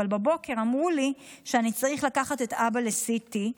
אבל בבוקר אמרו לי שאני צריך לקחת את אבא ל-CT,